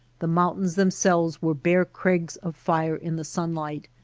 the mountains themselves were bare crags of fire in the sunlight,